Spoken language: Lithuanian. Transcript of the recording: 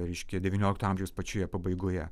reiškia devyniolikto amžiaus pačioje pabaigoje